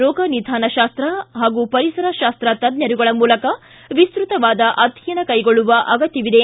ರೋಗನಿಧಾನ ಶಾಸ್ತ ಹಾಗೂ ಪರಿಸರ ಶಾಸ್ತ ತಜ್ಞರುಗಳ ಮೂಲಕ ವಿಸ್ತತವಾದ ಅಧ್ವಯನ ಕೈಗೊಳ್ಳುವ ಅಗತ್ತವಿದೆ